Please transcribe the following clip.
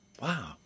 Wow